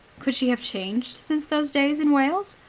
could she have changed since those days in wales?